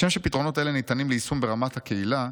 "כשם שפתרונות אלה ניתנים ליישום ברמת הקהילה,